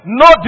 no